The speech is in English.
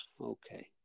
Okay